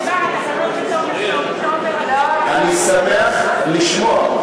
אני שמח לשמוע.